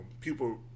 people